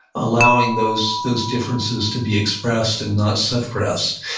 allowing those those differences to be expressed and not suppressed,